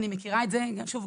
אני מכירה את זה שוב,